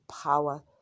power